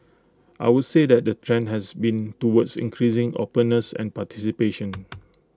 I would say that the trend has been towards increasing openness and participation